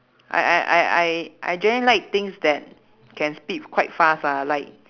I I I I I generally like things that can speed quite fast ah like